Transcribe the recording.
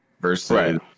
versus